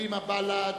קדימה, בל"ד.